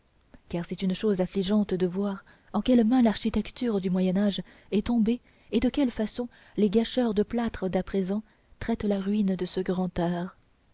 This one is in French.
car c'est une chose affligeante de voir en quelles mains l'architecture du moyen âge est tombée et de quelle façon les gâcheurs de plâtre d'à présent traitent la ruine de ce grand art